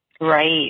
Right